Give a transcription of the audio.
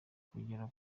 kugera